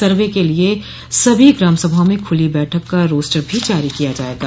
सर्वे के लिए सभी ग्राम सभाओं में खुली बैठक का रोस्टर जारी किया जायेगा